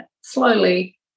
slowly